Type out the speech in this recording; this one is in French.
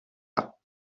pas